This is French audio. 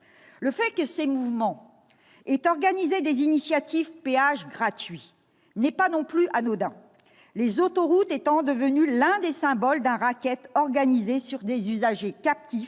Le fait que ces mouvements aient organisé des initiatives « péages gratuits » n'est pas non plus anodin, les autoroutes étant devenues l'un des symboles d'un racket organisé sur des usagers captifs